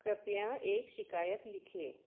कृपया एक शिकायत लिखें